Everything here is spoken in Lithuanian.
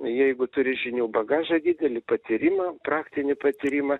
jeigu turi žinių bagažą didelį patyrimą praktinį patyrimą